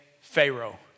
Pharaoh